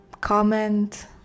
comment